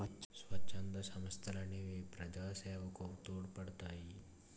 స్వచ్ఛంద సంస్థలనేవి ప్రజాసేవకు తోడ్పడతాయి